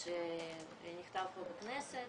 שנכתב פה בכנסת